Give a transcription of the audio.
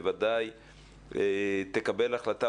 בוודאי תקבל החלטה,